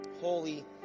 Holy